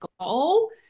goal